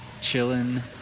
chilling